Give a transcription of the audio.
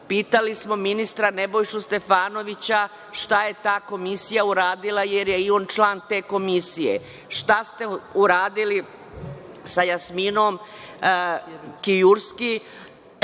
Pitali smo ministra, Nebojšu Stefanovića šta je ta komisija uradila, jer je i on član te komisije. Šta ste uradili sa Jasminom Kiurski